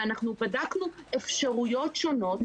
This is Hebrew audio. ואנחנו בדקנו אפשרויות שונות,